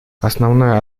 основная